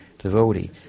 Devotee